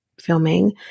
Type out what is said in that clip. filming